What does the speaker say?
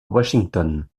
washington